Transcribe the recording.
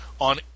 on